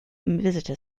visitor